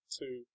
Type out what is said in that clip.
two